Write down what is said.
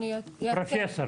פרופסור